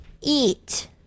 Eat